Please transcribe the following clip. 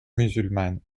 musulmanes